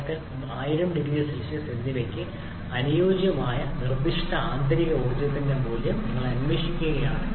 4 MPa 1000 0C എന്നിവയ്ക്ക് അനുയോജ്യമായ നിർദ്ദിഷ്ട ആന്തരിക energy ർജ്ജത്തിന്റെ മൂല്യം നിങ്ങൾ അന്വേഷിക്കുകയാണെങ്കിൽ